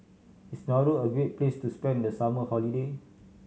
is Nauru a great place to spend the summer holiday